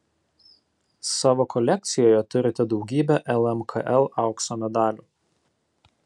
savo kolekcijoje turite daugybę lmkl aukso medalių